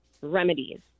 remedies